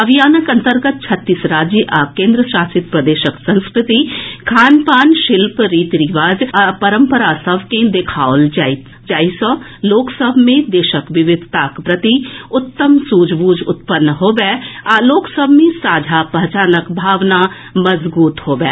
अभियानक अन्तर्गत छत्तीस राज्य आ केन्द्रशासित प्रदेशक संस्कृति खानपान शिल्प रीति रिवाज आ परंपरा सभ के देखाओल जायत जाहि सँ लोक सभ मे देशक विविधताक प्रति उत्तम समझबूझ उत्पन्न होबय आ लोक सभ मे साझा पहचानक भावना मजगूत होबय